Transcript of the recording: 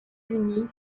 unis